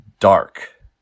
dark